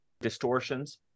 distortions